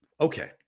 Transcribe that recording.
okay